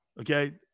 Okay